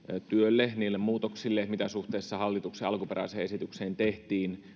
työlle niille muutoksille mitä suhteessa hallituksen alkuperäiseen esitykseen tehtiin